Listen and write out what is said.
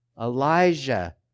Elijah